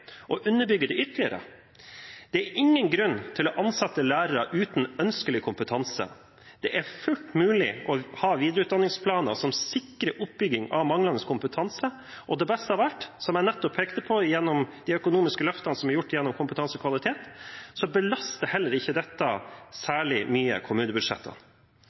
underbygge det ytterligere. Det er ingen grunn til å ansette lærere uten ønskelig kompetanse. Det er fullt mulig å ha videreutdanningsplaner som sikrer oppbygging av manglende kompetanse, og det beste av alt, som jeg nettopp pekte på gjennom de økonomiske løftene som er gjort gjennom kompetanse og kvalitet: Dette belaster heller ikke kommunebudsjettene særlig mye,